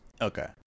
Okay